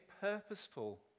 purposeful